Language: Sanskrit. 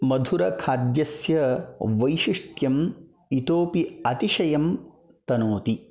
तत् मधुरखाद्यस्य वैशिष्ट्यम् इतोपि अतिशयं तनोति